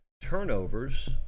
Turnovers